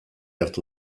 hartu